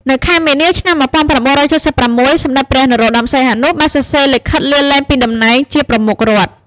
នៅខែមីនា ឆ្នាំ១៩៧៦ សម្តេចព្រះ នរោត្តម សីហនុ បានសរសេរលិខិតលាលែងពីតំណែងជា «ប្រមុខរដ្ឋ»។